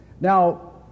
Now